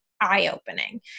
eye-opening